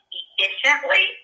efficiently